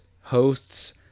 hosts